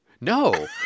no